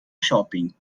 shopping